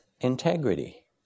integrity